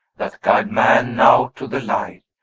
that guide man now to the light,